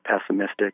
pessimistic